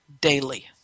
daily